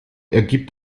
ergibt